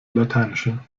lateinische